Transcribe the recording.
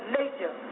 nature